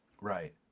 Right